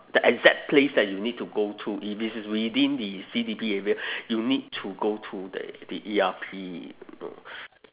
the exact place that you need to go to if it's within the C_B_D area you need to go to the the E_R_P